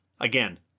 Again